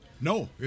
No